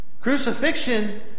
Crucifixion